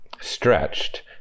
stretched